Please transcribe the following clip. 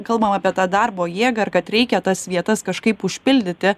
kalbam apie tą darbo jėgą ir kad reikia tas vietas kažkaip užpildyti